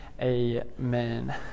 Amen